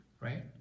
right